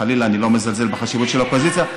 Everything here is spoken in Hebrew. חלילה, אני לא מזלזל בחשיבות של האופוזיציה.